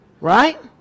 right